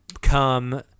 come